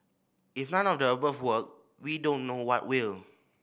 if none of the above work we don't know what will